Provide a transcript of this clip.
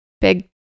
big